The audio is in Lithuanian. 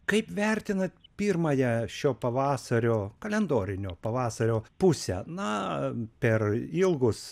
kaip vertinat pirmąją šio pavasario kalendorinio pavasario pusę na per ilgus